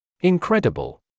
Incredible